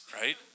right